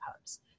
hubs